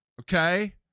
okay